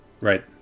Right